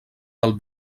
del